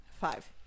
Five